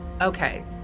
Okay